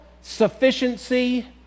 sufficiency